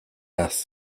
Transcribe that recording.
ass